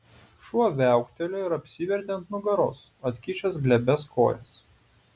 šuo viauktelėjo ir apsivertė ant nugaros atkišęs glebias kojas